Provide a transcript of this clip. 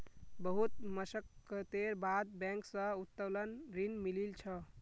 बहुत मशक्कतेर बाद बैंक स उत्तोलन ऋण मिलील छ